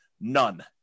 None